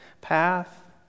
path